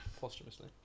posthumously